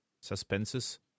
suspenses